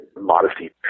modesty